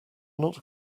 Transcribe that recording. not